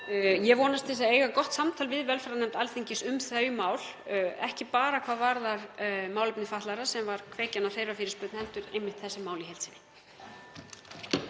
Ég vonast til að eiga gott samtal við velferðarnefnd Alþingis um þau mál, ekki bara hvað varðar málefni fatlaðra, sem var kveikjan að fyrirspurn þeirra, heldur einmitt þessi mál í heild sinni.